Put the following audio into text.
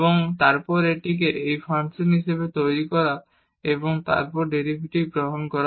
এবং তারপর এটিকে একটি ফাংশন হিসাবে তৈরি করা এবং তারপর ডেরিভেটিভ গ্রহণ করা